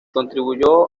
contribuyó